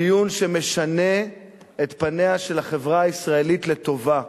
דיון שמשנה את פניה של החברה הישראלית לטובה,